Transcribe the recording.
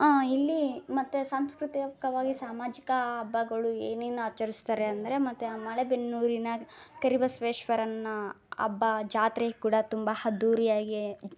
ಇಲ್ಲಿ ಮತ್ತೆ ಸಾಂಸ್ಕೃತಿಕವಾಗಿ ಸಾಮಾಜಿಕ ಹಬ್ಬಗಳು ಏನೇನು ಆಚರಿಸ್ತಾರೆ ಅಂದರೆ ಮತ್ತೆ ಆ ಮಲೆಬೆನ್ನೂರಿನ ಕರಿಬಸ್ವೇಶ್ವರನ ಹಬ್ಬ ಜಾತ್ರೆ ಕೂಡ ತುಂಬ ಅದ್ದೂರಿಯಾಗೇ